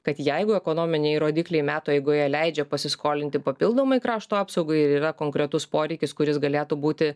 kad jeigu ekonominiai rodikliai metų eigoje leidžia pasiskolinti papildomai krašto apsaugai ir yra konkretus poreikis kuris galėtų būti